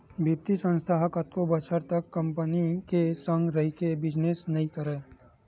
बित्तीय संस्था ह कतको बछर तक कंपी के संग रहिके बिजनेस नइ करय